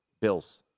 Bill's